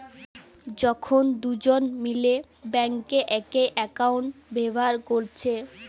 যখন দুজন মিলে বেঙ্কে একই একাউন্ট ব্যাভার কোরছে